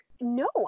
No